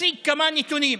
אציג כמה נתונים.